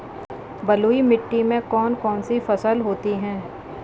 बलुई मिट्टी में कौन कौन सी फसल होती हैं?